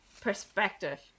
perspective